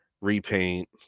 repaint